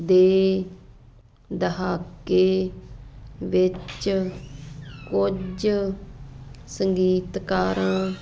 ਦੇ ਦਹਾਕੇ ਵਿੱਚ ਕੁਝ ਸੰਗੀਤਕਾਰਾਂ